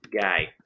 guy